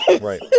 Right